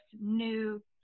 new